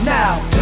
now